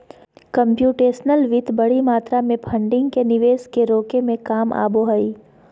computational वित्त बडी मात्रा में फंडिंग के निवेश के रोके में काम आबो हइ